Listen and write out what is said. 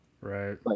Right